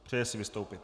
Přeje si vystoupit.